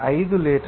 5 litre